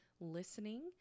listening